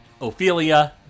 Ophelia